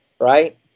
right